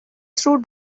through